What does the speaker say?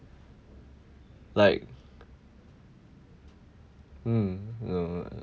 like mm no